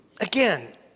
Again